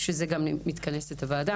ובשביל זה גם מתכנסת הוועדה.